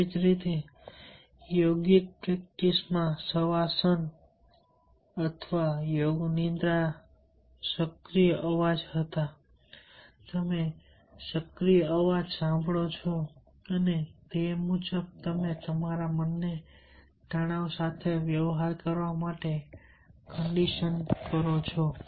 તેવી જ રીતે યોગિક પ્રેક્ટિસમાં શવાસન અથવા યોગ નિદ્રા સક્રિય અવાજ હતા તમે સક્રિય અવાજ સાંભળો છો અને તે મુજબ તમે તમારા મનને પણ તણાવ સાથે વ્યવહાર કરવા માટે કન્ડિશન કરશો